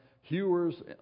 hewers